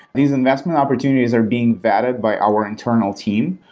these investment opportunities are being vetted by our internal team,